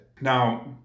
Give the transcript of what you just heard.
Now